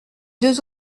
deux